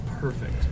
perfect